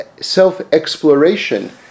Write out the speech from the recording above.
self-exploration